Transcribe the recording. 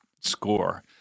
score